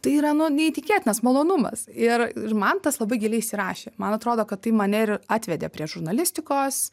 tai yra nu neįtikėtinas malonumas ir ir man tas labai giliai įsirašė man atrodo kad tai mane ir atvedė prie žurnalistikos